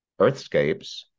earthscapes